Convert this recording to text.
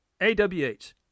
AWH